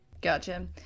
Gotcha